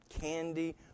candy